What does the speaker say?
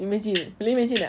imagine boleh imagine tak